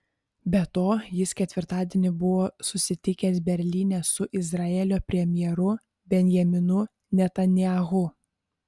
be to jis ketvirtadienį buvo susitikęs berlyne su izraelio premjeru benjaminu netanyahu